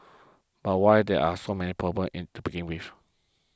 but why there are so many problems in to begin with